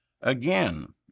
Again